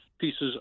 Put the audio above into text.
pieces